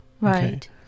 Right